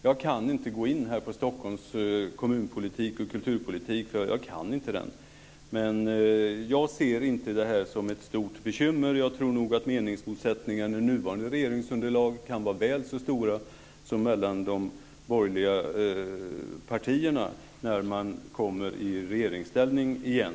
Jag kan inte gå in på Stockholms kommunpolitik och kulturpolitik eftersom jag inte kan den. Men jag ser det inte som ett stort bekymmer. Jag tror att meningsmotsättningarna i nuvarande regeringsunderlag kan vara väl så stora som mellan de borgerliga partierna när de kommer i regeringsställning igen.